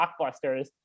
blockbusters